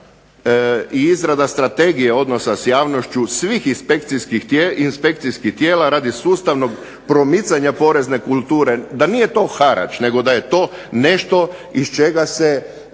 i izrada strategije odnosa s javnošću svih inspekcijskih tijela radi sustavnog promicanja porezne kulture, da nije to harač, nego da je to nešto iz čega se